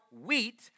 wheat